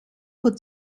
would